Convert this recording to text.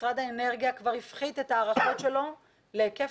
משרד האנרגיה כבר הפחית את ההערכות שלו להיקף